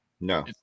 No